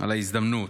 על ההזדמנות.